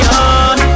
on